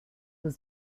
was